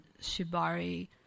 shibari